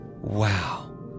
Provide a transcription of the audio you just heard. Wow